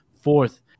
fourth